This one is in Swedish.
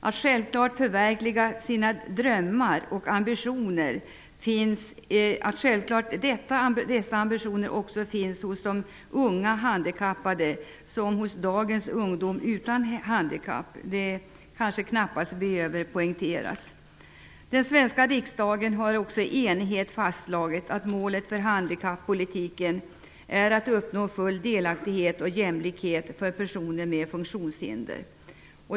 Ambitionerna att förverkliga sina drömmar finns självklart också hos de unga handikappade som hos dagens ungdom utan handikapp; det behöver kanske knappast poängteras. Den svenska riksdagen har också i enighet fastslagit att målet för handikappolitiken är att uppnå full delaktighet och jämlikhet för personer med funktionshinder.